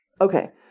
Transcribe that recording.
Okay